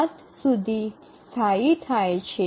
૭ સુધી સ્થાયી થાય છે